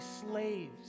slaves